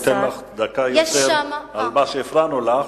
אני אתן לך דקה יותר על מה שהפרענו לך.